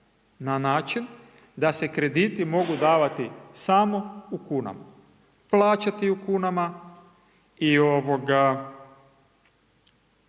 na način da se krediti mogu davati samo u kunama. Plaćati u kunama i da